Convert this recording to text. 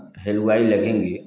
हलवाई लगेंगे